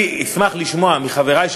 אני אשמח לשמוע מחברי,